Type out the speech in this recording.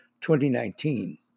2019